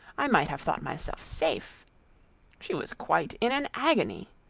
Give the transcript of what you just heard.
i might have thought myself safe she was quite in an agony.